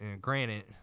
Granted